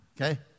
Okay